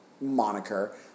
moniker